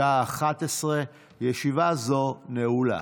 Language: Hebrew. בשעה 11:00. ישיבה זו נעולה.